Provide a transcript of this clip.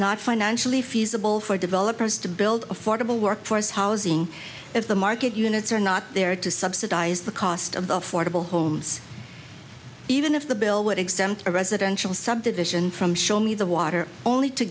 not financially feasible for developers to build affordable workforce housing if the market units are not there to subsidize the cost of the affordable homes even if the bill would exempt a residential subdivision from show me the water only to